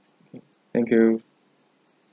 thank you